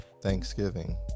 thanksgiving